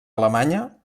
alemanya